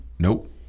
Nope